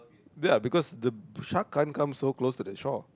ya because the shark can't come so close to the shore